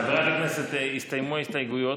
חברי הכנסת, הסתיימו הנאומים.